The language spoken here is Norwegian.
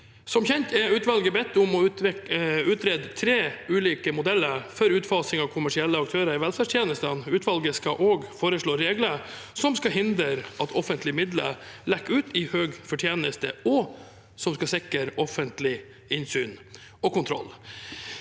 Som kjent er utvalget bedt om å utrede tre ulike modeller for utfasing av kommersielle aktører i velferdstjenestene. Utvalget skal også foreslå regler som skal hindre at offentlige midler lekker ut i høy fortjeneste, og som skal sikre offentlig innsyn og kontroll.